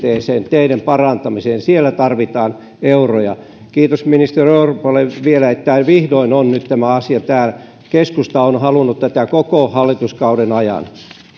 sinne liikenteeseen teiden parantamiseen siellä tarvitaan euroja kiitos ministeri orpolle vielä että vihdoin on nyt tämä asia täällä keskusta on halunnut tätä koko hallituskauden ajan